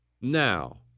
Now